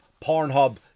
Pornhub